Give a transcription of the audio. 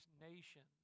nations